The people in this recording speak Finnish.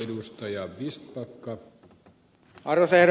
arvoisa herra puhemies